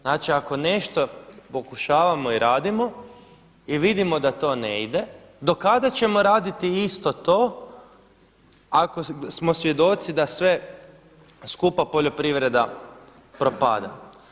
Znači ako nešto pokušavamo i radimo i vidimo da to ne ide, do kada ćemo raditi isto to ako smo svjedoci da sve skupa poljoprivreda propada.